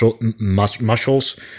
muscles